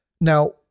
Now